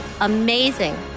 amazing